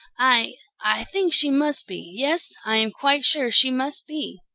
i i think she must be. yes, i am quite sure she must be.